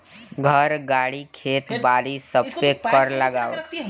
घर, गाड़ी, खेत बारी सबपे कर लागत हवे